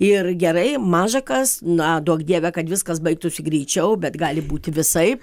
ir gerai maža kas na duok dieve kad viskas baigtųsi greičiau bet gali būti visaip